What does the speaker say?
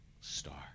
star